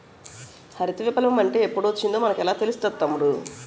హరిత విప్లవ మంటే ఎప్పుడొచ్చిందో మనకెలా తెలుస్తాది తమ్ముడూ?